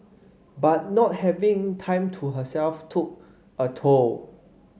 but not having time to herself took a toll